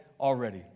already